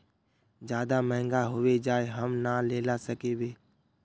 ज्यादा महंगा होबे जाए हम ना लेला सकेबे?